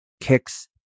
kicks